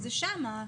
זה שם.